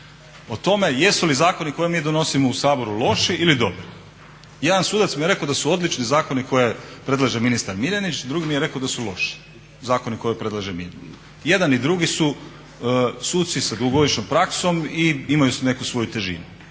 o tome jesu li zakoni koje mi donosimo u Saboru loši ili dobri. Jedan sudac mi je rekao da su odlični zakoni koje predlaže ministar Miljenić, drugi mi je rekao da su loši zakoni koje predlaže Miljenić. Jedan i drugi su suci sa dugogodišnjom praksom i imaju neku svoju težinu